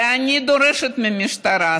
ואני דורשת מהמשטרה,